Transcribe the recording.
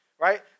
right